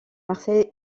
marseille